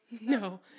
no